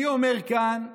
אני אומר כאן,